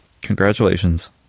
Congratulations